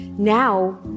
Now